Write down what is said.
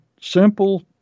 simple